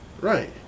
Right